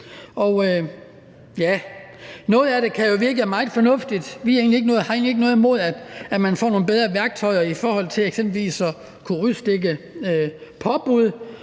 Noget af det kan jo virke meget fornuftigt. Vi har egentlig ikke noget imod, at man får nogle bedre værktøjer til eksempelvis at kunne udstede påbud